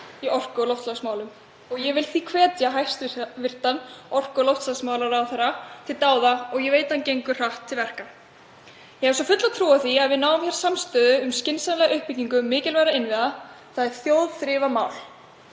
í orku- og loftslagsmálum. Ég vil því hvetja hæstv. orku- og loftslagsmálaráðherra til dáða og ég veit að hann gengur hratt til verka. Ég hef fulla trú á því að við náum hér samstöðu um skynsamlega uppbyggingu mikilvægra innviða. Það er þjóðþrifamál,